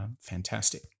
fantastic